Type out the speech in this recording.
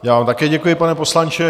Já vám také děkuji, pane poslanče.